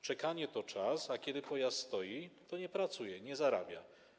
Czekanie to czas, a kiedy pojazd stoi, to nie pracuje, nie zarabia.